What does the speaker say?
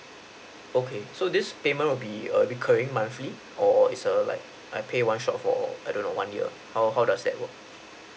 okay so this payment will be err recurring monthly or it's a like I pay one shot for I don't know one year how how does that work